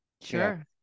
Sure